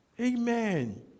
Amen